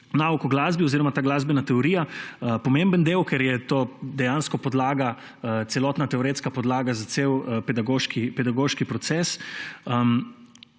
nauk o glasbi oziroma glasbena teorija. Pomemben del, ker je to dejansko celotna teoretska podlaga za cel pedagoški proces.